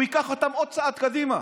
הוא ייקח אותן עוד צעד קדימה.